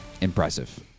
impressive